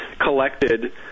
collected